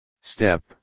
step